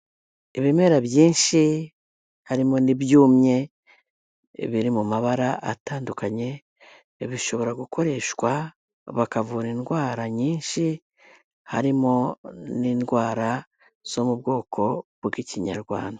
Ibimera byinshi harimo n'ibyumye biri mu mabara atandukanye, bishobora gukoreshwa bakavura indwara nyinshi, harimo n'indwara zo mu bwoko bw'ikinyarwanda.